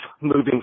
moving